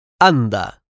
Anda